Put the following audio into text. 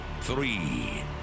three